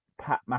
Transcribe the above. Pat